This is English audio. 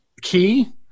Key